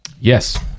Yes